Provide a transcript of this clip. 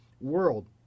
world